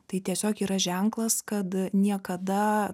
tai tiesiog yra ženklas kad niekada